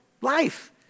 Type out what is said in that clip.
life